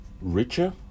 richer